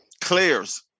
Clears